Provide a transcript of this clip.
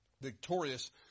victorious